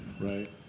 Right